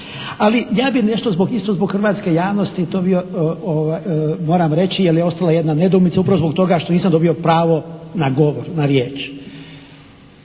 Ali ja bih nešto zbog, isto zbog hrvatske javnosti to moram reći jer je ostala jedna nedoumica upravo zbog toga što nisam dobio pravo na govor, na riječ.